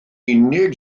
unig